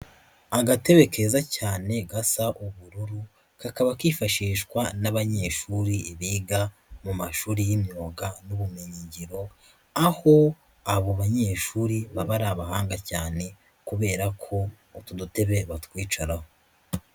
Agatebe keza cyane gasa ubururu, kakaba kifashishwa n'abanyeshuri biga mu mashuri y'imyuga n'ubumenyingiro, aho abo banyeshuri baba ari abahanga cyane kubera ko utu dutebe batwicaraho.